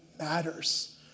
Matters